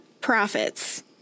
profits